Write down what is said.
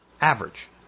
Average